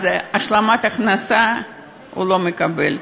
אז השלמת הכנסה הוא לא מקבל.